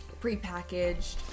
prepackaged